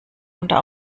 unter